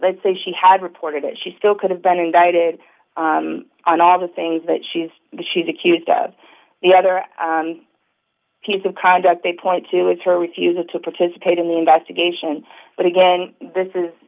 let's say she had reported it she still could have been indicted on all the things that she's she's accused of the other piece of conduct they point to is her refusal to participate in the investigation but again this is